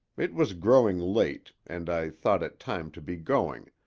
it was growing late and i thought it time to be going,